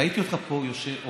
ראיתי אותך פה עומד,